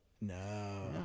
No